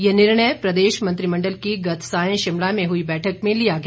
ये निर्णय प्रदेश मंत्रिमंडल की गत सांय शिमला में हुई बैठक में लिया गया